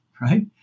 right